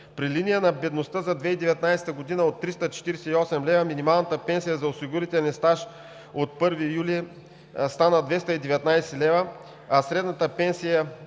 При линия на бедността за 2019 г. от 348 лв. минималната пенсия за осигурителен стаж от 1 юли стана 219 лв., а средната пенсия